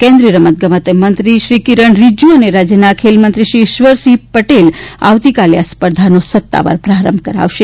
કેન્દ્રીય રમત ગમત મંત્રી કીરન રિજ્જુ અને રાજ્યના ખેલમંત્રી શ્રી ઇશ્વરસિંહ પટેલ આવતીકાલે આ સ્પર્ધાનો સત્તાવાર પ્રારંભ કરાવશે